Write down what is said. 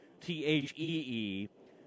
t-h-e-e